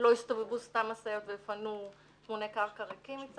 שלא הסתובבו סתם משאיות ויפנו טמוני קרקע ריקים.